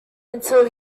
until